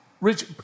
Rich